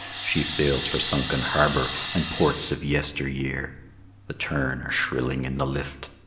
she sails for sunken harbor and ports of yester year the tern are shrilling in the lift,